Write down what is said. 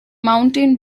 mountain